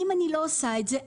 אם אני לא עושה את זה,